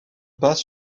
pas